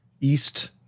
East